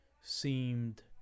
seemed